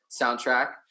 Soundtrack